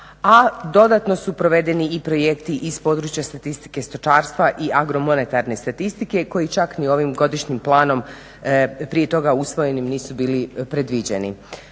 a dodatno su provedeni i projekti iz područja statistike stočarstva i agromonetarne statistike koji čak ni ovim godišnjim planom prije toga usvojenim nisu bili predviđeni.